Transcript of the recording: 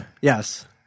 Yes